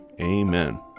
Amen